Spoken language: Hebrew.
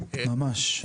ממש.